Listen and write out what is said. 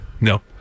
No